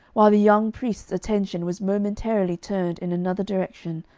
while the young priest's attention was momentarily turned in another direction,